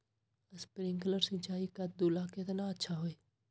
Sprinkler सिंचाई कददु ला केतना अच्छा होई?